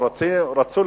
או רצו,